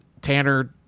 Tanner